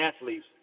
athletes